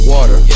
Water